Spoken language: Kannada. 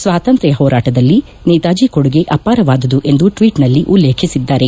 ಸ್ವಾತಂತ್ರ್ನ ಹೋರಾಟದಲ್ಲಿ ನೇತಾಜಿ ಕೊಡುಗೆ ಅಪಾವಾದುದು ಎಂದು ಟ್ಲೀಟ್ನಲ್ಲಿ ಉಲ್ಲೇಖಿಸಿದ್ದಾರೆ